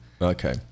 Okay